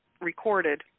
recorded